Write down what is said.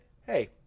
hey